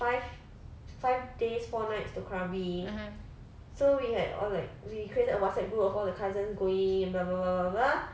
five five days four nights to krabi so we had all like we create a WhatsApp group of all the cousins going blah blah blah blah blah